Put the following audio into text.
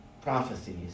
prophecies